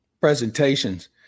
presentations